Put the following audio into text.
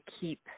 keep